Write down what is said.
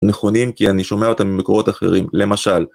נכונים כי אני שומע אותם ממקורות אחרים למשל.